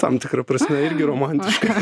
tam tikra prasme irgi romantiška